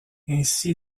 ainsi